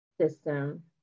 system